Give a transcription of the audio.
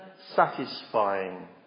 satisfying